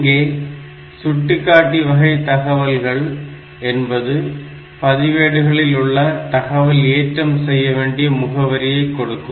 இங்கே சுட்டிக்காட்டி வகை தகவல்கள் என்பது பதிவேடுகளில் உள்ள தகவல் ஏற்றம் செய்ய வேண்டிய முகவரியை கொடுக்கும்